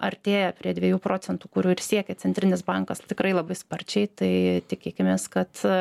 artėja prie dviejų procentų kurių ir siekia centrinis bankas tikrai labai sparčiai tai tikėkimės kad